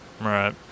Right